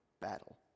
battle